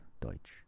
Deutsch